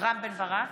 רם בן ברק,